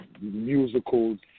musicals